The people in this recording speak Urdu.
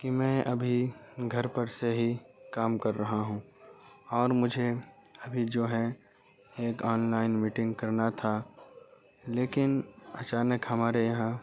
کہ میں ابھی گھر پر سے ہی کام کر رہا ہوں اور مجھے ابھی جو ہے ایک آن لائن میٹنگ کرنا تھا لیکن اچانک ہمارے یہاں